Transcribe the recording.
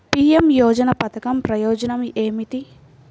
PM యోజన పధకం ప్రయోజనం ఏమితి?